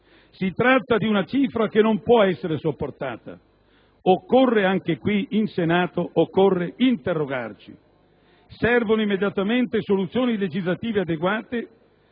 Si tratta di una cifra che non può essere sopportata. Occorre interrogarsi anche qui, in Senato. Servono immediatamente soluzioni legislative adeguate